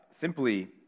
simply